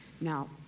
Now